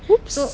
!oops!